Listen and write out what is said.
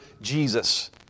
Jesus